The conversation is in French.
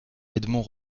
edmond